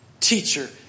teacher